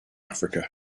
africa